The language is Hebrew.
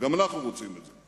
וגם אנחנו רוצים את זה,